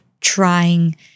trying